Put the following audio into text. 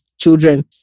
children